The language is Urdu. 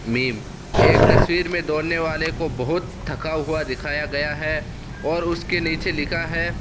میم ایک تصویر میں دوڑنے والے کو بہت تھکا ہوا دکھایا گیا ہے اور اس کے نیچے لکھا ہے